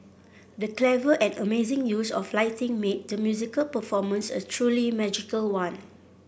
the clever and amazing use of lighting made the musical performance a truly magical one